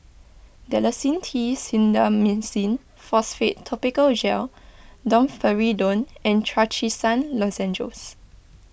Dalacin T Clindamycin Phosphate Topical Gel Domperidone and Trachisan Lozenges